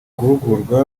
guhugurwa